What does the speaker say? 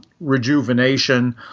rejuvenation